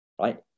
right